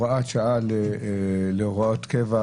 שהמגמה היא להעביר חוקים מהוראת שעה להוראת קבע,